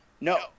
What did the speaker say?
No